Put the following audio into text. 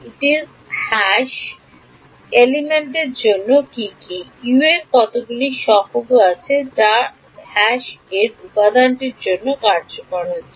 সুতরাং a এলিমেন্টের জন্য কী কী U এর কতগুলি আছে যা এখানে a উপাদানটির জন্য কার্যকর হচ্ছে